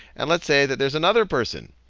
and let's say that there's another person,